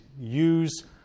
use